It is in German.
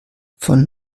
von